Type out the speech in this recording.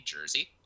jersey